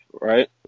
right